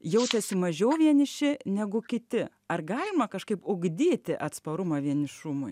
jaučiasi mažiau vieniši negu kiti ar galima kažkaip ugdyti atsparumą vienišumui